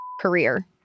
career